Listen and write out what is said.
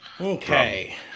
Okay